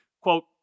Quote